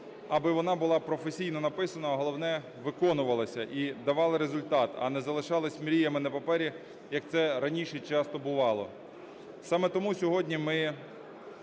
аби вона була професійно написана, а головне, виконувалася і давала результат, а не залишалась мріями на папері, як це раніше часто бувало. Саме тому сьогодні ми